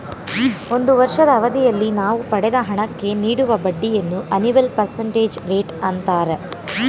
ಒಂದು ವರ್ಷದ ಅವಧಿಯಲ್ಲಿ ನಾವು ಪಡೆದ ಹಣಕ್ಕೆ ನೀಡುವ ಬಡ್ಡಿಯನ್ನು ಅನಿವಲ್ ಪರ್ಸೆಂಟೇಜ್ ರೇಟ್ ಅಂತಾರೆ